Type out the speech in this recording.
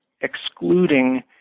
excluding